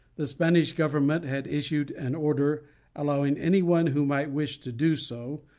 the spanish government had issued an order allowing any one who might wish to do so,